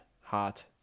heart